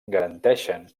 garanteixen